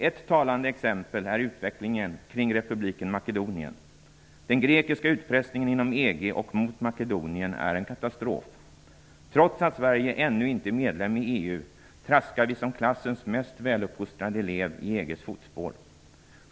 Ett talande exempel är utvecklingen kring republiken Makedonien. Den grekiska utpressningen inom EG och mot Makedonien är en katastrof. Trots att Sverige ännu inte är medlem i EU traskar vi som klassens mest väluppfostrade elev i EG:s fotspår.